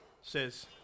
says